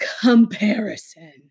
comparison